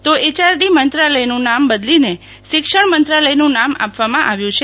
તો એચઆરડી મંત્રાલયનું નામ બદલીને શિક્ષણ મંત્રાલયનું નામ આપવામાં આવ્યું છે